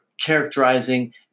characterizing